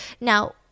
now